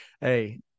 Hey